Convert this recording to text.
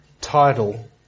title